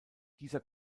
dieser